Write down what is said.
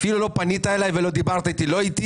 אפילו לא פנית אלי ולא דיברת איתי,